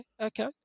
okay